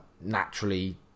naturally